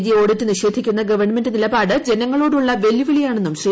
G audit നിഷേധിക്കുന്ന government നിലപാട് ജനങ്ങളോടുള്ള വെല്ലുവിളിയാണെന്നും ശ്രീ